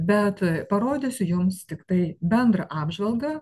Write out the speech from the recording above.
bet parodysiu jums tiktai bendrą apžvalgą